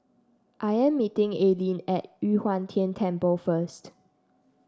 I am meeting Aylin at Yu Huang Tian Temple first